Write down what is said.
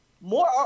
more